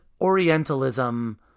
orientalism